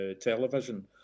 television